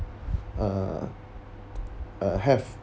uh have